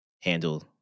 handle